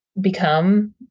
become